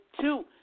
two